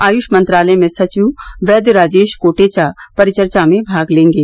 आयुष मंत्रालय में सचिव वैद्य राजेश कोटेचा परिचर्चा में भाग लेंगे